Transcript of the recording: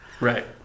Right